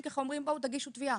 אנשים אומרים תגישו תביעה,